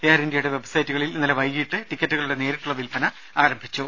air ഇന്ത്യയുടെ വെബ്സൈറ്റുകളിൽ ഇന്നലെ വൈകീട്ട് ടിക്കറ്റുകളുടെ നേരിട്ടുള്ള വിൽപന ആരംഭിച്ചു